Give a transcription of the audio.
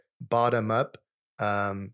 bottom-up